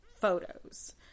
photos